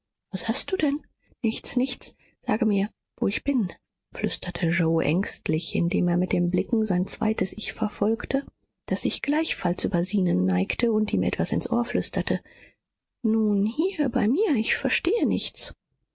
was hast du denn nichts nichts sage mir wo ich bin flüsterte yoe ängstlich indem er mit den blicken sein zweites ich verfolgte das sich gleichfalls über zenon neigte und ihm etwas ins ohr flüsterte nun hier bei mir ich verstehe nichts